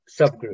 subgroup